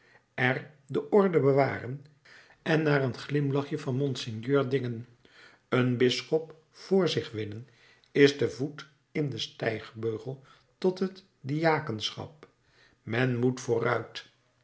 er de orde bewaren en naar een glimlachje van monseigneur dingen een bisschop voor zich winnen is de voet in den stijgbeugel tot het diakenschap men moet vooruit